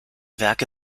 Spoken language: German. werke